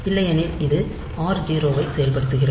இல்லையெனில் இது r0 ஐ செயல்படுத்துகிறது